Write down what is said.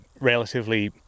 relatively